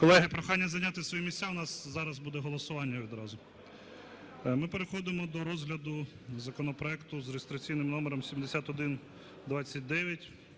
прохання зайняти свої місця, у нас зараз буде голосування відразу. Ми переходимо до розгляду законопроекту за реєстраційним номером 7129.